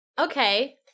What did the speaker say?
Okay